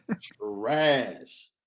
Trash